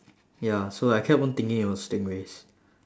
ya so I kept on thinking it was stingrays